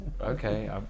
okay